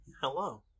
Hello